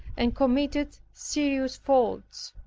and committed serious faults.